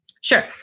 Sure